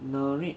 narrate